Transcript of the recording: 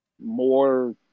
more